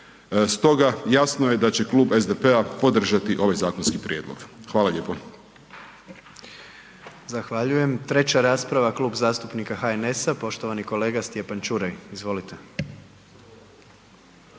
Stoga, jasno je da će Klub SDP-a podržati ovaj zakonski prijedlog, hvala lijepo.